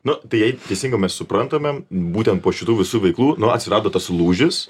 nu tai jei teisingai mes suprantame būtent po šitų visų veiklų nu atsirado tas lūžis